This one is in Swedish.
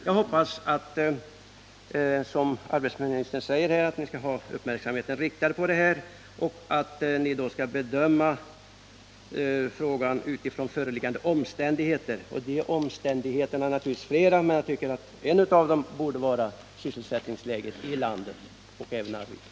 Jag hoppas att regeringen, som arbetsmarknadsministern säger, skall ha uppmärksamheten riktad på den här frågan och att den då skall bedömas utifrån föreliggande omständigheter. De omständigheterna är naturligtvis flera, men en av dem borde vara sysselsättningsläget i landet och även i Arvika.